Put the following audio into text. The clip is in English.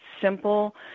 simple